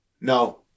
No